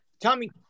Tommy